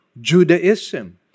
Judaism